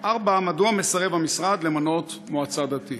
4. מדוע מסרב המשרד למנות מועצה דתית?